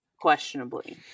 questionably